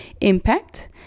impact